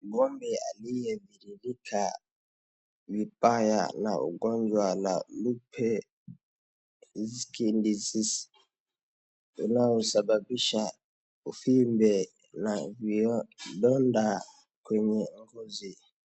Ng'ombe aliyedhirika vibaya na ugonjwa la lumpy skin disease unaosababisha uvimbe na vidonda kwenye ngozi.